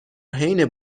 حین